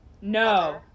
No